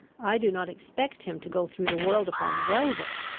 i do not expect him to go through the world upon velvet!